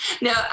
No